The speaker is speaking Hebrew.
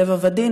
טבע ודין,